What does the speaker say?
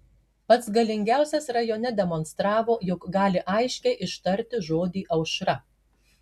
pats galingiausias rajone demonstravo jog gali aiškiai ištarti žodį aušra